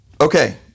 okay